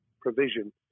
provision